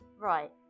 right